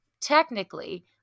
technically